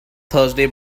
thursday